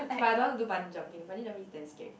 but I don't want to do bungee jumping bungee jumping is damn scary